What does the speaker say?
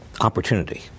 opportunity